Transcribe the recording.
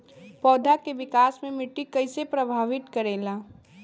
पौधा के विकास मे मिट्टी कइसे प्रभावित करेला?